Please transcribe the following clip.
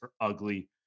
ugly